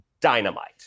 dynamite